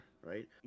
right